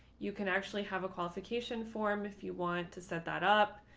you can actually have a qualification form if you want to set that up,